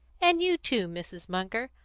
and you too, mrs. munger.